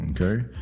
Okay